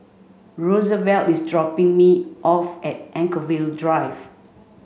Rosevelt is dropping me off at Anchorvale Drive